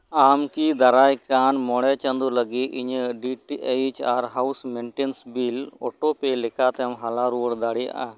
ᱟᱢ ᱠᱤ ᱫᱟᱨᱟᱭᱠᱟᱱ ᱢᱚᱬᱮ ᱪᱟᱸᱫᱩ ᱞᱟᱹᱜᱤᱫ ᱤᱧᱟᱹᱜ ᱰᱤ ᱴᱤ ᱮᱭᱤᱡ ᱟᱨ ᱦᱟᱣᱩᱥ ᱢᱮᱱᱴᱮᱱᱥ ᱵᱤᱞ ᱚᱴᱳᱯᱮ ᱞᱮᱠᱟᱛᱮᱢ ᱦᱟᱞᱟ ᱨᱩᱣᱟᱹᱲ ᱫᱟᱲᱤᱭᱟᱜᱼᱟ